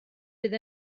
bydd